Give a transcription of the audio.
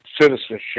citizenship